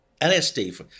LSD